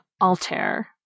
alter